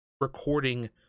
recording